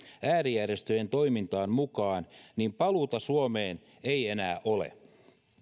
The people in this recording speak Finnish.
äärijärjestöjen toimintaan mukaan paluuta suomeen ei enää ole